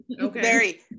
Okay